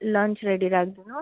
lunch ready राखिदिनु